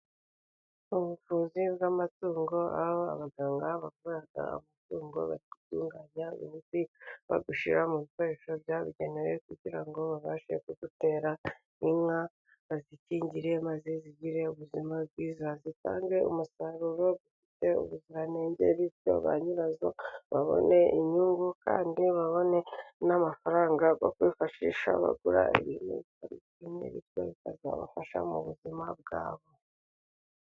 Ubuvuzi bw'amatungo .Aho abaganga bakoresha amatungo batunganya imiti bayishyira mu bikoresho byabigenewe kugira ngo babashe kuyitera inka , bazikingire maze zigire ubuzima bwiza ,zitange umusaruro ufite ubuziranenge. Bityo ba nyirazo babone inyungu kandi babone n'amafaranga bakwifashisha ,bagura iyi miti, bityo bizabafasha mu buzima bwabo.